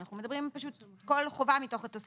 אנחנו מדברים על כל חובה מתוך התוספת.